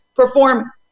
Perform